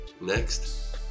Next